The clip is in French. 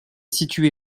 situé